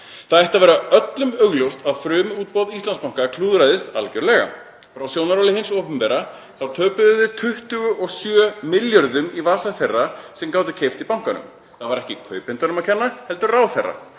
Það ætti að vera öllum augljóst að frumútboð Íslandsbanka klúðraðist algerlega. Frá sjónarhóli hins opinbera tapaði það 27 milljörðum í vasa þeirra sem gátu keypt í bankanum. Það var ekki kaupendunum að kenna heldur ráðherra.